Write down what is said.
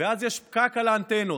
ואז יש פקק על האנטנות.